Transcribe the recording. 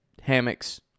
hammocks